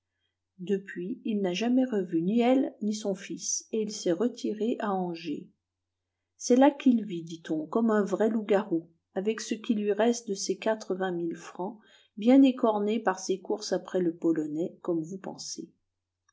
depuis il n'a jamais revu ni elle ni son fils et il s'est retiré à angers c'est là qu'il vit dit-on comme un vrai loup-garou avec ce qui lui reste de ses quatre-vingt mille francs bien écornés par ses courses après le polonais comme vous pensez